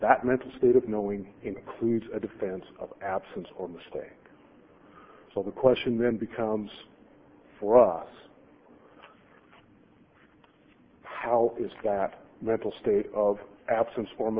that mental state of knowing includes a defense of absence or the state so the question then becomes for us how is that mental state of absence for